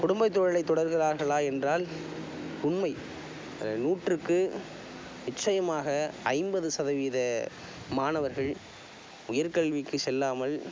குடும்பத்தொழிலை தொடர்கிறார்களா என்றால் உண்மை நூற்றுக்கு நிச்சயமாக ஐம்பது சதவீத மாணவர்கள் உயர்கல்விக்குச் செல்லாமல்